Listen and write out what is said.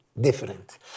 different